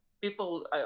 people